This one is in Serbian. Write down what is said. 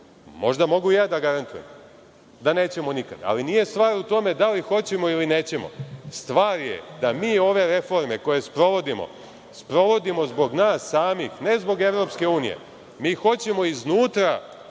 možda mogu ja da garantujem da nećemo nikada, ali nije stvar u tome da li hoćemo ili nećemo, stvar je da mi ove reforme koje sprovodimo, sprovodimo zbog nas samih, ne zbog EU. Mi hoćemo iznutra